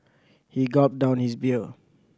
he gulped down his beer